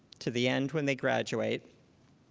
to the end when they graduate.